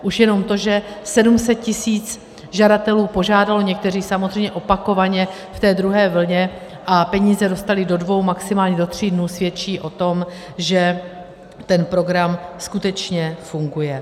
Už jenom to, že 700 tisíc žadatelů požádalo, někteří samozřejmě opakovaně v té druhé vlně, a peníze dostali do dvou, maximálně do tří dnů, svědčí o tom, že ten program skutečně funguje.